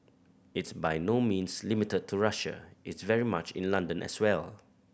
it's by no means limited to Russia it's very much in London as well